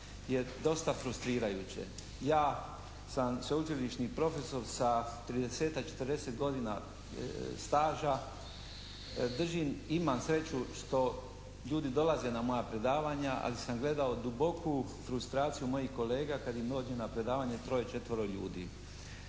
je dosta frustrirajuće. Ja sam sveučilišni profesor sa tridesetak, četrdeset godina staža. Držim imam sreću što ljudi dolaze na moja predavanja, ali sam gledao duboku frustraciju mojih kolega kad im dođe na predavanje troje, četvoro ljudi.